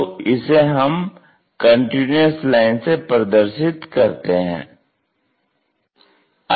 तो इसे हम कंटीन्यूअस लाइन से प्रदर्शित करते हैं